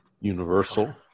Universal